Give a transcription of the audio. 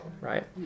Right